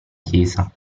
chiesa